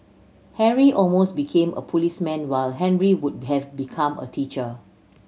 Harry almost became a policeman while Henry would have become a teacher